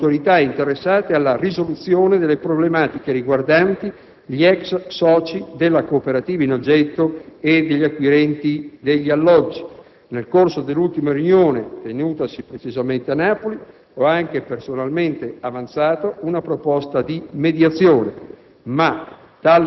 Trocchia) interessate alla risoluzione delle problematiche riguardanti gli ex soci della cooperativa in oggetto e degli acquirenti degli alloggi. Nel corso dell'ultima riunione, tenutasi precisamente a Napoli, ho personalmente avanzato anche una proposta di mediazione,